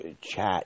chat